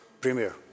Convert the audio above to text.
Premier